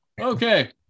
okay